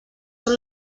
són